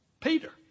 Peter